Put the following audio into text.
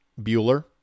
Bueller